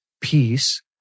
peace